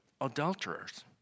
adulterers